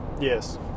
Yes